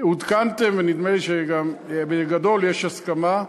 ונדמה לי שבגדול יש הסכמה.